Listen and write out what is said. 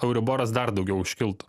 euriboras dar daugiau užkiltų